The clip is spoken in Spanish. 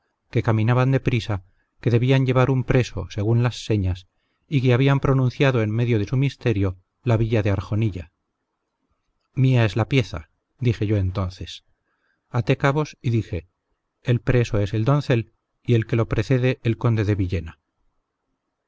que caminaban de prisa que debían llevar un preso según las señas y que habían pronunciado en medio de su misterio la villa de arjonilla mía es la pieza dije yo entonces até cabos y dije el preso es el doncel y el que lo prende el conde de villena